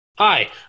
Hi